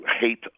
hate